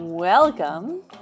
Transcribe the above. Welcome